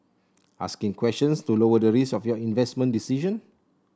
asking questions to lower the risk of your investment decision